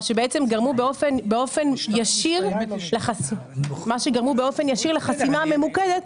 מה שגרמו באופן ישיר לחסימה ממוקדת.